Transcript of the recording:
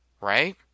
right